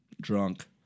drunk